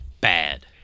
bad